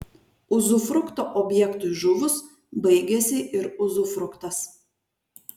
uzufrukto objektui žuvus baigiasi ir uzufruktas